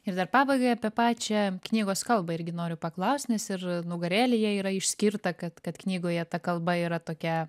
ir dar pabaigai apie pačią knygos kalbą irgi noriu paklaust nes ir nugarėlėje yra išskirta kad kad knygoje ta kalba yra tokia